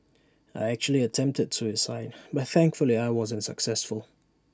I actually attempted suicide but thankfully I wasn't successful